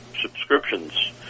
subscriptions